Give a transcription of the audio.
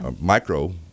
micro